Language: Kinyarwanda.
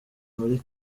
muri